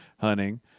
hunting